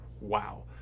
wow